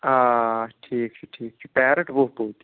آ آ ٹھیٖک چھُ ٹھیٖک چھُ پیٚرَٹ وُہ پوٗتۍ